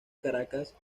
caracas